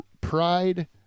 pride